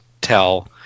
tell